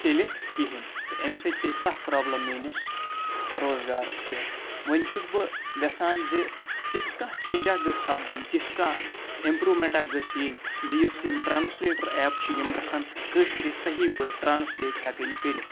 چٔلِتھ کِہیٖنۍ تہٕ امہِ سۭتۍ پے سَکھ پرٛابلِم میٲنِس روزگارَس پٮ۪ٹھ وَنۍ چھُس بہٕ وٮ۪ژھان زِ تِژھ کانٛہہ چینٛجا گٔژھ سَپدٕنۍ تِژھ کانٛہہ اِمپرٛوٗمٮ۪نٛٹ اَکھ گٔژھ یِنۍ زِ یُس یِم ٹرٛانسلیٹَر ایپ چھِ یِم گژھان کٲشرِ صحیح پٲٹھۍ ٹرٛانسلیٹ ہٮ۪کٕنۍ کٔرِتھ